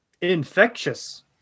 Infectious